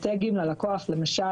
המחלקה המשפטית, בנק ישראל.